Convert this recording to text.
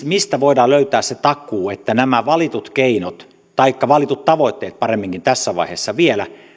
mistä voidaan löytää se takuu että nämä valitut keinot taikka valitut tavoitteet paremminkin tässä vaiheessa vielä